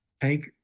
Take